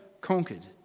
conquered